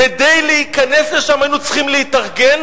כדי להיכנס לשם היינו צריכים להתארגן,